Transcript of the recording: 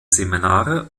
seminare